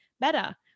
better